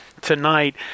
tonight